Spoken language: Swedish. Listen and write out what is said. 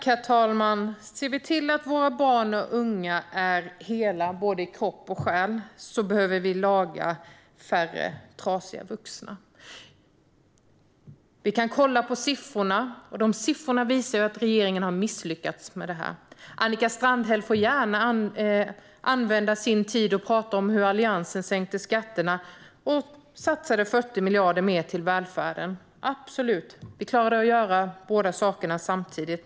Herr talman! Ser vi till att våra barn och unga är hela i både kropp och själ behöver vi laga färre trasiga vuxna. Vi kan kolla på siffrorna; de visar att regeringen har misslyckats med detta. Annika Strandhäll får gärna använda sin tid till att prata om hur Alliansen sänkte skatterna och satsade 40 miljarder mer på välfärden. Absolut; vi klarade att göra både sakerna samtidigt.